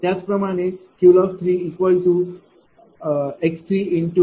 त्याचप्रमाणे QLoss3x3P24Q24। V4।20